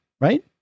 right